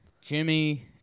Jimmy